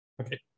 Okay